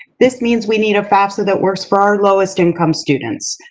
this means we need a fafsa that works for our lowest income students,